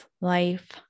life